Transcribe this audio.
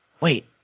Wait